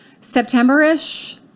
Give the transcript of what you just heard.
September-ish